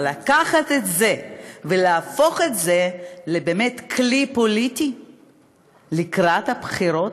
אבל לקחת את זה ולהפוך את זה באמת לכלי פוליטי לקראת הבחירות?